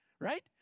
right